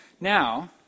Now